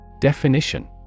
Definition